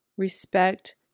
respect